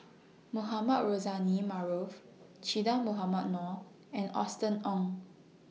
Mohamed Rozani Maarof Che Dah Mohamed Noor and Austen Ong